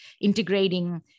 integrating